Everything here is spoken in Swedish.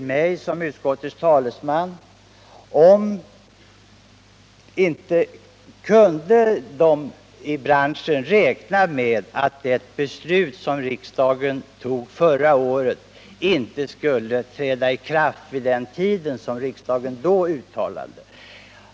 min egenskap av utskottets talesman frågan om man inte i branschen kan räkna med att ett beslut som riksdagen fattade förra året också skall träda i kraft vid den tid som riksdagen då uttalade.